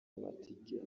amatike